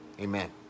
Amen